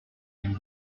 and